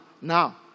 now